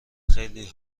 خیلی